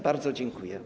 Bardzo dziękuję.